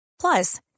Plus